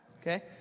okay